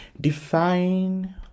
Define